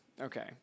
Okay